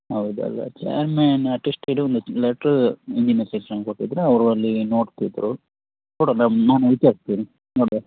ಹೌದಲ್ಲವಾ chairman attested ಒಂದು letter ಹತ್ತಿರ ತಂದುಕೊಟ್ಟಿದ್ರೆ ಅವರು ಅಲ್ಲಿ ನೋಡ್ತಿದ್ದರು ನಾನು ವಿಚಾರಿಸ್ತೇನೆ ನೋಡುವ